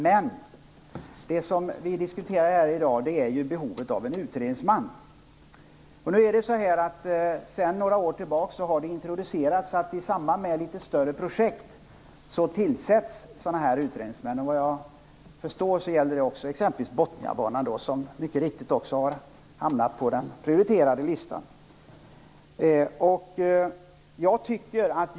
Men det som vi diskuterar i dag är ju behovet av en utredningsman. Sedan några år tillbaka har man i samband med sådana här litet större projekt börjat tillsätta utredningsmän. Vad jag förstår gäller det exempelvis Botniabanan, som mycket riktigt också har hamnat på listan över prioriterade projekt.